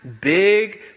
big